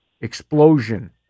explosion